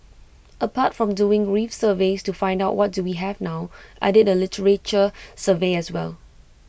apart from doing reef surveys to find out what do we have now I did A literature survey as well